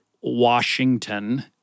Washington